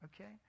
okay